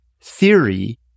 theory